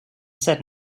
said